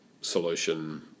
solution